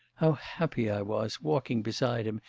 how happy i was, walking beside him,